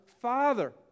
Father